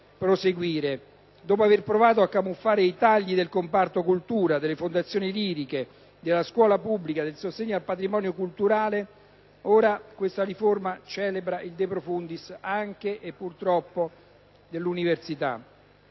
studi. Dopo aver provato a camuffare i tagli del comparto cultura, delle fondazioni liriche, della scuola pubblica, del sostegno al patrimonio culturale, ora questa riforma celebra il de profundis anche dell’universita.